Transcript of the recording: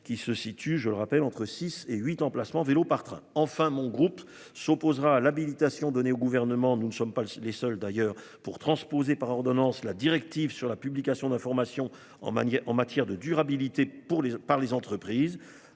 qui se situe, je le rappelle, entre 6 et 8 emplacements vélo par train enfin mon groupe s'opposera l'habilitation donnée au gouvernement, nous ne sommes pas les seuls d'ailleurs pour transposer par ordonnance la directive sur la publication d'informations en matière, en matière de durabilité pour les par les entreprises.